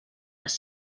les